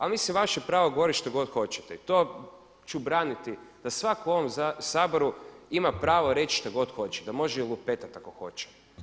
Ali mislim vaše je pravo govoriti što god hoćete i to ću braniti da svatko u ovom Saboru ima pravo reći što god hoće, da može i lupetati ako hoće.